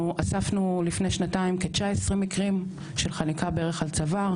אנחנו אספנו לפני שנתיים כ-19 מקרים של חניקה ברך על צוואר.